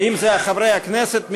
אם חברי הכנסת,